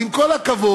אז עם כל הכבוד,